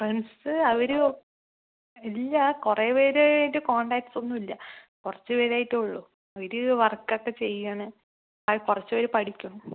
ആ ഫ്രണ്ട്സ് അവർ ഇല്ല കുറേ പേരായിട്ട് കോണ്ടാക്ട്സൊന്നും ഇല്ല കുറച്ച് പേരോ മറ്റൊള്ളൂ അവർ വർക്കൊക്കെ ചെയ്യുകയാണ് കുറച്ച് പേര് പഠിക്കുന്നു